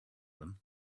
them